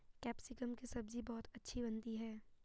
capsicum की सब्जी बहुत अच्छी बनती है